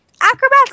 Acrobats